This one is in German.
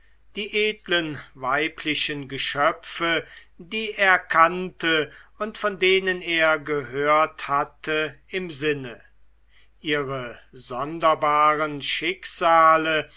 die edlen weiblichen geschöpfe die er kannte und von denen er gehört hatte im sinne ihre sonderbaren schicksale